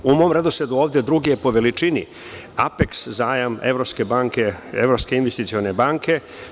U mom redosledu ovde drugi je po veličini, Apeks zajam Evropske investicione banke.